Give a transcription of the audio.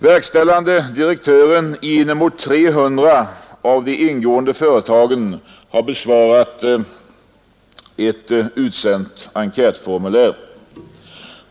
Verkställande direktören i inemot 300 av de i undersökningen ingående företagen har besvarat en utsänd enkät.